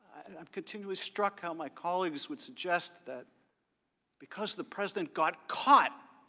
am continually struck how my colleagues would suggest that because the president got caught,